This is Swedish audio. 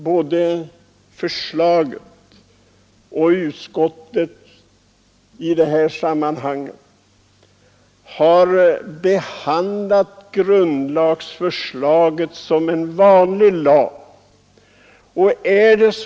Både propositionen och utskottet har behandlat grundlagförslaget som ett vanligt lagförslag.